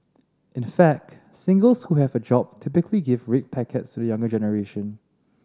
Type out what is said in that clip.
in fact singles who have a job typically give red packets to the younger generation